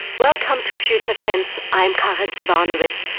welcome to future tense, i'm karin zsivanovits,